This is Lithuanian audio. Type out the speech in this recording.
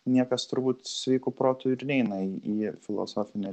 niekas turbūt sveiku protu ir neina į į filosofinę